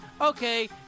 okay